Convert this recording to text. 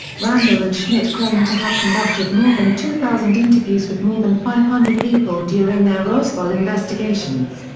randle and schmitt claimed to have conducted more than two thousand interviews with more than five hundred people during their roswell investigations.